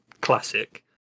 Classic